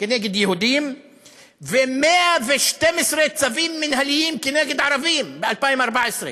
כנגד יהודים ו-112 צווים מינהליים כנגד ערבים ב-2014,